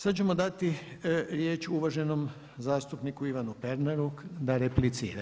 Sada ćemo dati riječ uvaženom zastupniku Ivanu Pernaru da replicira.